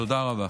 תודה רבה.